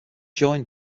join